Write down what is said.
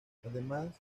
además